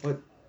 what